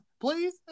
please